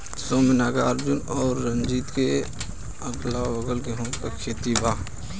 सौम्या नागार्जुन और रंजीत के अगलाबगल गेंहू के खेत बा